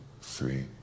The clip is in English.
three